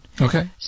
Okay